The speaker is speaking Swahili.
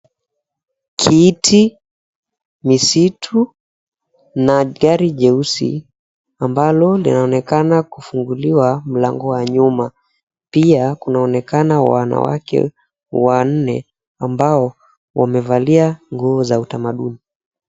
Kiti, misitu na gari jeusi ambalo linaloonekana kufunguliwa mlango wa nyuma. Pia kunaonekana wanawake wanne ambao wamevalia nguo za utamaduni.